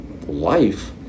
life